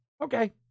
Okay